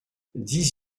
dix